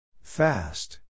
Fast